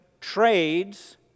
trades